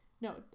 no